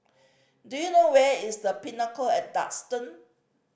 do you know where is The Pinnacle at Duxton